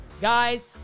Guys